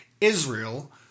Israel